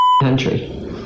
country